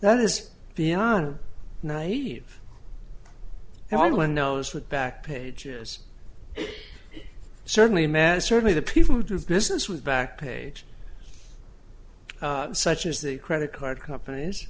that is beyond a naive and i one knows with back pages certainly man certainly the people who do business with back page such as the credit card companies